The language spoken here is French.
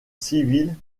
civile